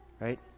right